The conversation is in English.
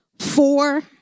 four